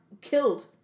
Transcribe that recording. killed